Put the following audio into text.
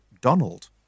Donald